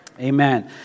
Amen